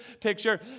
picture